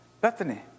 Bethany